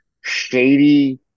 shady